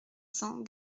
cents